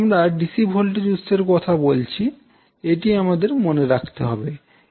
আমরা DC voltage উৎসের কথা বলছি এটি আমাদের মনে রাখতে হবে